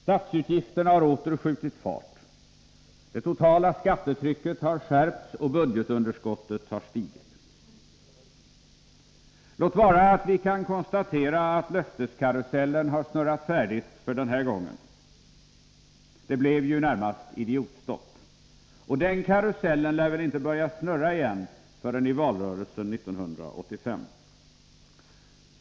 Statsutgifterna har åter skjutit fart. Det totala skattetrycket har skärpts och budgetunderskottet har stigit. Vi kan konstatera att löfteskarusellen har snurrat färdigt för den här gången. Det blev ju närmast idiotstopp, och den karusellen lär väl inte börja snurra igen förrän i valrörelsen 1985.